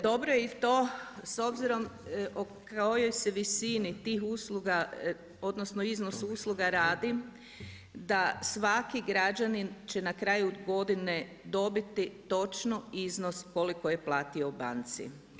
Dobro je i to s obzirom o kojoj se visini tih usluga odnosno iznos usluga radi, da svaki građanin će na kraju godine dobiti točno iznos koliko je platio u banci.